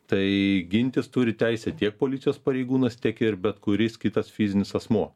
tai gintis turi teisę tiek policijos pareigūnas tiek ir bet kuris kitas fizinis asmuo